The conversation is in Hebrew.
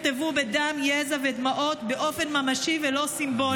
תופעות אלו מייצרות עול כבד וגורמות סבל רב לחקלאים,